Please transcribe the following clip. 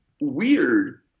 weird